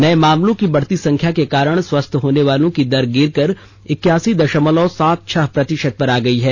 नए मामलों की बढ़ती संख्या के कारण स्वस्थ होने वालों की दर गिरकर इक्यासी दशलमव सात छह प्रतिशत पर आ गई है